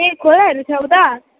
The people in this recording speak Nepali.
ए खोलाहरू छ उता